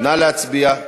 נא להצביע.